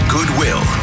Goodwill